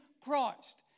Christ